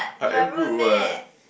you're rude meh